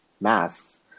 masks